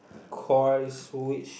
coils which